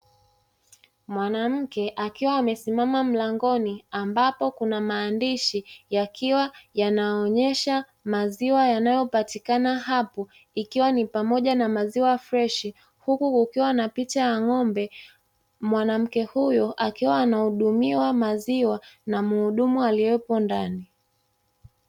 Mwanamke akiwa amesimama mlangoni ambapo kuna maandishi yakiwa yanaonyesha maziwa yanayopatikana hapo ikiwa ni pamoja na maziwa freshi, huku kukiwa na picha ya ng'ombe mwanamke huyo akiwa anahudumiwa maziwa na muhudumu aliyepo ndani.